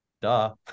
Duh